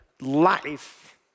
life